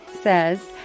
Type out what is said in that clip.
says